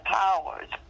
powers